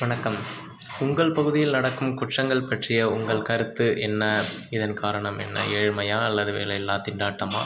வணக்கம் உங்கள் பகுதியில் நடக்கும் குற்றங்கள் பற்றிய உங்கள் கருத்து என்ன இதன் காரணம் என்ன ஏழ்மையா அல்லது வேலையில்லா திண்டாட்டமா